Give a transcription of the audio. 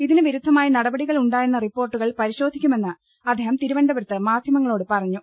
ഇതിന് വിരുദ്ധമായി നടപടികൾ ഉണ്ടായെന്ന റിപ്പോർട്ടുകൾ പരി ശോധിക്കുമെന്ന് അദ്ദേഹം തിരുവനന്തപുരത്ത് മാധ്യമങ്ങളോട് പറഞ്ഞു